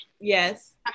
yes